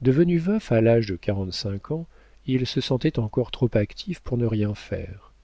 devenu veuf à l'âge de quarante-cinq ans il se sentait encore trop actif pour ne rien faire